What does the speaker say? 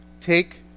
Take